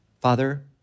Father